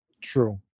True